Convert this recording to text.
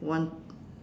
one